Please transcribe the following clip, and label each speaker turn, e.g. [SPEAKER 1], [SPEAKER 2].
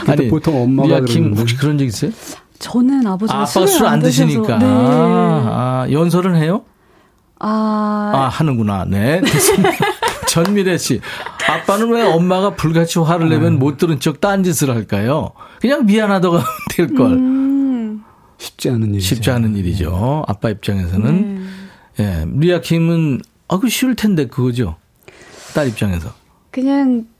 [SPEAKER 1] 그때
[SPEAKER 2] 아니,
[SPEAKER 1] 보통 엄마가
[SPEAKER 2] 리아킴
[SPEAKER 1] 그러는데.
[SPEAKER 2] 혹시 그런 적 있어요?
[SPEAKER 3] 저는 아버지가
[SPEAKER 2] 아빠가
[SPEAKER 3] 술을
[SPEAKER 2] 술을
[SPEAKER 3] 안
[SPEAKER 2] 안
[SPEAKER 3] 드셔서-
[SPEAKER 2] 드시니까.
[SPEAKER 3] 네.
[SPEAKER 2] 아, 아, 연설은 해요?
[SPEAKER 3] 아.
[SPEAKER 2] 아, 하는구나. 네, 됐습니다. 전미래 씨, 아빠는 왜 엄마가 불같이 화를 내면
[SPEAKER 1] 네.
[SPEAKER 2] 못 들은 척 딴 짓을 할까요? 그냥 미안하다고 하면 될걸.
[SPEAKER 3] 음.
[SPEAKER 1] 쉽지 않은
[SPEAKER 2] 쉽지
[SPEAKER 1] 일이죠.
[SPEAKER 2] 않은
[SPEAKER 1] 네.
[SPEAKER 2] 일이죠. 아빠 입장에서는.
[SPEAKER 3] 네.
[SPEAKER 2] 예, 리아킴은 아, 그거 쉬울 텐데, 그거죠? 딸 입장에서.
[SPEAKER 3] 그냥